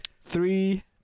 Three